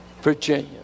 Virginia